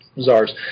czars